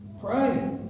pray